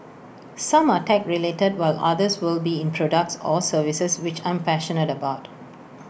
some are tech related while others will be in products or services which I'm passionate about